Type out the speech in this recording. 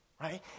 Right